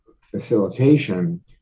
facilitation